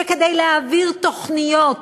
שכדי להעביר תוכניות,